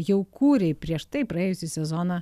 jau kūrei prieš tai praėjusį sezoną